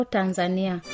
Tanzania